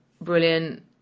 brilliant